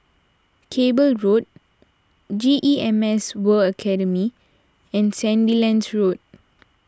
Cable Road G E M S World Academy and Sandilands Road